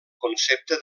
concepte